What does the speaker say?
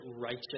righteous